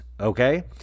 Okay